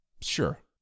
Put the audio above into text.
Sure